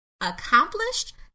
Accomplished